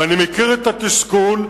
ואני מכיר את התסכול,